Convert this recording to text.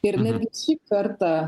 ir netgi šį kartą